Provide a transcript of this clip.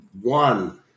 one